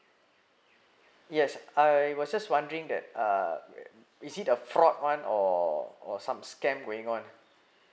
yes I was just wondering that uh is it the fraud [one] or or some scam going on